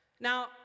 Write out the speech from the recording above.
Now